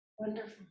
Wonderful